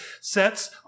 sets